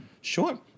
sure